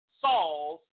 Saul's